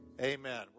Amen